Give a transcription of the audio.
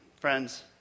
friends